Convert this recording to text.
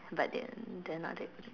but then they are not that